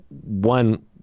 one